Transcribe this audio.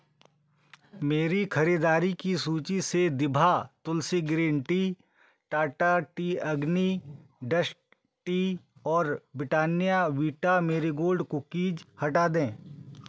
मेरी खरीदारी की सूची से दिभा Tulsi green tea Tata tea Agni dust tea और ब्रिट्टानिया वीटा मैरीगोल्ड कुकीज हटा दें